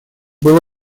было